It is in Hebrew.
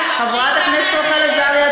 חברת הכנסת רחל עזריה,